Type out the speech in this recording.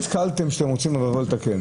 באיזה מקרה נתקלתם שאתם רוצים לבוא לתקן?